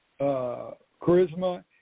charisma